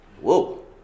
Whoa